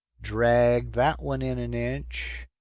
drag that one in an inch.